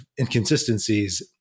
inconsistencies